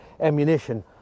ammunition